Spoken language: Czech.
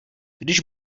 když